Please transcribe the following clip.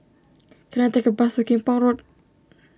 can I take a bus to Kim Pong Road